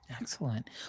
Excellent